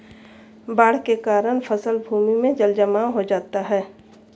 बाढ़ के कारण फसल भूमि में जलजमाव हो जाता है